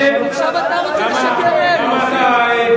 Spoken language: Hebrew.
עכשיו אתה רוצה לשקר להם?